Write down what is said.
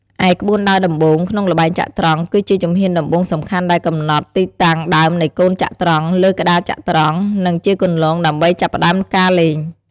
ឯ ក្បួនដើរដំបូង ក្នុងល្បែងចត្រង្គ គឺជាជំហានដំបូងសំខាន់ដែលកំណត់ទីតាំងដើមនៃកូនចត្រង្គលើក្ដារចត្រង្គ និងជាគន្លងដើម្បីចាប់ផ្តើមការលេង។